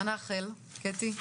מה נאחל, קטי?